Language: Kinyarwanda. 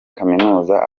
kaminuza